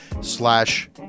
slash